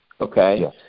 okay